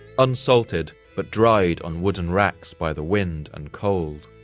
unsalted, but dried on wooden racks by the wind and cold.